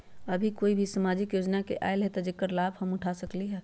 अभी कोई सामाजिक योजना आयल है जेकर लाभ हम उठा सकली ह?